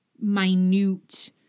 minute